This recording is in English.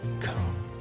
Come